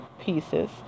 pieces